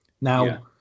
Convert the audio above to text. now